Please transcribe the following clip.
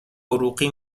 عروقی